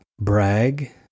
brag